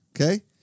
Okay